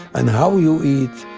and how you eat,